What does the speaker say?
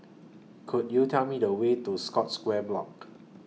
Could YOU Tell Me The Way to Scotts Square Block